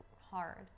hard